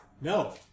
No